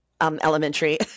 elementary